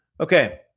Okay